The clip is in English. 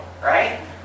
right